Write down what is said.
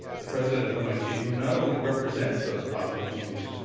the president of mit who not only represents those positive changes,